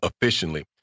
efficiently